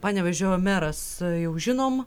panevėžio meras jau žinom